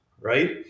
right